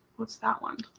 what's that one?